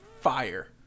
fire